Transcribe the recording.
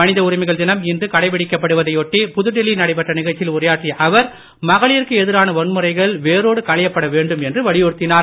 மனித உரிமைகள் தினம் இன்று கடைபிடிக்கப்படுவதையொட்டி புதுதில்லியில் நடைபெற்ற நிகழ்ச்சியில் உரையாற்றிய அவர் மகளிருக்கு எதிரான வன்ழுறைகள் வேரோடு களையப்பட வேண்டும் என்று வலியுறுத்தினார்